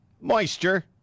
moisture